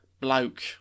bloke